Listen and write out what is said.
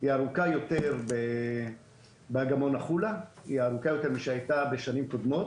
היא ארוכה יותר באגמון החולה משהייתה בשנים קודמות.